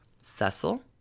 Cecil